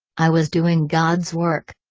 i was doing god's work.